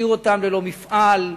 ללא מפעל,